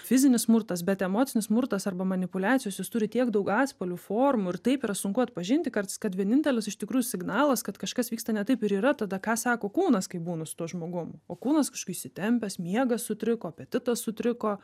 fizinis smurtas bet emocinis smurtas arba manipuliacijos jos turi tiek daug atspalvių formų ir taip yra sunku atpažinti kartais kad vienintelis iš tikrųjų signalas kad kažkas vyksta ne taip ir yra tada ką sako kūnas kai būnu su tuo žmogum o kūnas kažko įsitempęs miegas sutriko apetitas sutriko